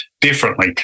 differently